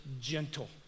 gentle